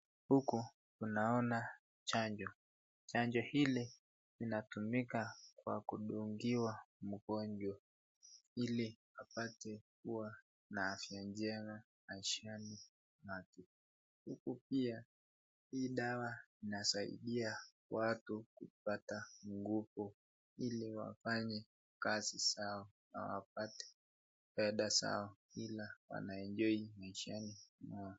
Huku unaona chanjo. Chanjo hili linatumika kwa kudungiwa mgonjwa ili apate kuwa na afya njema maishani mwake. Huku pia hii dawa inasaidia watu kupata nguvu ili wafanye kazi zao na wapate fedha zao ila wanaenjoy maishani mwake.